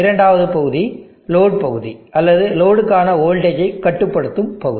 இரண்டாவது பகுதி லோடு பகுதி அல்லது லோடுக்கான வோல்டேஜை கட்டுப்படுத்தும் பகுதி